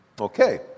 Okay